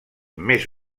més